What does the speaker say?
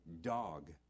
dog